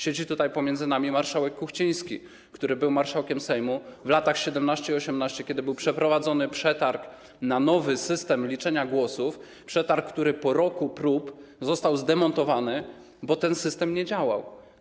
Siedzi tutaj pomiędzy nami marszałek Kuchciński, który był marszałkiem Sejmu w latach 2017–2018, kiedy był przeprowadzony przetarg na nowy system liczenia głosów, przetarg, który po roku prób został zdemontowany, bo ten system nie działał.